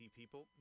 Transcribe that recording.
people